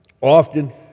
often